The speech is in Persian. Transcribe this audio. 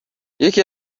یکی